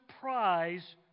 prize